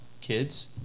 kids